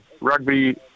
rugby